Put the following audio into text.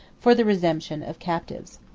for the redemption of captives.